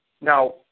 Now